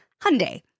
Hyundai